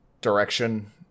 direction